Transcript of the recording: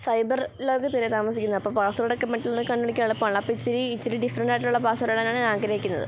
cyber ലോകത്തല്ലെ താമസിക്കുന്നത് അപ്പോൾ പാസ്വേഡൊക്കെ മറ്റുള്ളവരുടെ കണ്ടു പിടിക്കാനെളുപ്പമാണല്ലോ അപ്പം ഇച്ചിരി ഇച്ചിരി ഡിഫ്രണ്ടായിട്ടുള്ള പാസ്സ്വേഡാണ് ഞാൻ ആഗ്രഹിക്കുന്നത്